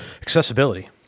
Accessibility